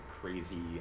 crazy